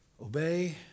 Obey